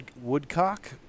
woodcock